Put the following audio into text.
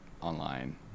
online